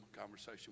conversation